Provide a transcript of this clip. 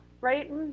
right